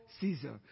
Caesar